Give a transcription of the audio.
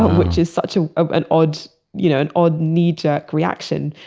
which is such ah an odd you know an odd knee jerk reaction.